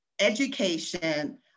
education